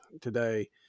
today